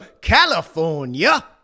California